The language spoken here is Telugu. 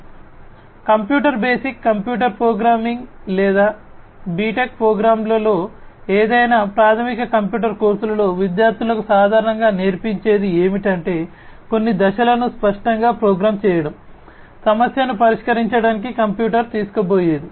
కాబట్టి కంప్యూటర్ బేసిక్ కంప్యూటర్ ప్రోగ్రామింగ్ లేదా ఏదైనా బిటెక్ ప్రోగ్రామ్లో లేదా ఏదైనా ప్రాథమిక కంప్యూటర్ కోర్సులలో విద్యార్థులకు సాధారణంగా నేర్పించేది ఏమిటంటే కొన్ని దశలను స్పష్టంగా ప్రోగ్రామ్ చేయడం సమస్యను పరిష్కరించడానికి కంప్యూటర్ తీసుకోబోయేది